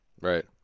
Right